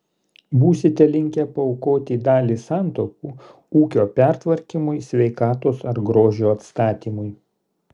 būsite linkę paaukoti dalį santaupų ūkio pertvarkymui sveikatos ar grožio atstatymui